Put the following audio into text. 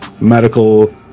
medical